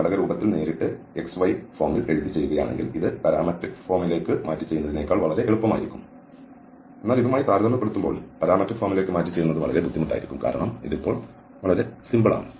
ഘടക രൂപത്തിൽ നേരിട്ട് xy ഫോമിൽ എഴുതി ചെയ്യുകയാണെങ്കിൽ ഇത് പാരാമട്രിക് ഫോമിലേക്ക് മാറ്റി ചെയ്യുന്നതിനേക്കാൾ വളരെ എളുപ്പമായിരിക്കും എന്നാൽ ഇതുമായി താരതമ്യപ്പെടുത്തുമ്പോൾ പാരാമട്രിക് ഫോമിലേക്ക് മാറ്റി ചെയ്യുന്നത് വളരെ ബുദ്ധിമുട്ടായിരിക്കും കാരണം ഇത് ഇപ്പോൾ വളരെ നിസ്സാരമാണ്